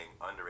underage